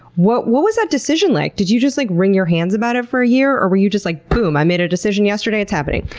what what was that decision like, did you just like wring your hands about it for a year or were you just like, boom, i made a decision yesterday, it's happening?